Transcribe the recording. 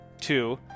Two